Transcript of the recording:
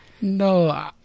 no